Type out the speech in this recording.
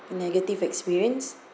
negative experience